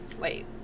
Wait